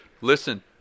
listen